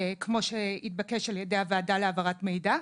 כמו שהתבקש על ידי הוועדה להעברת מידע,